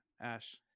Ash